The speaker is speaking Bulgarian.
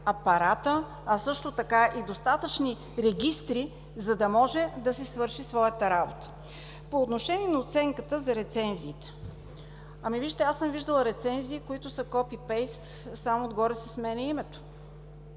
а също така и достатъчни регистри, за да може да си свърши своята работа. По отношение на оценката за рецензиите. Вижте, аз съм виждала рецензии, които са копи-пейст – само отгоре се сменя името.